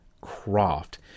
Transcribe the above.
Croft